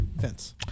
fence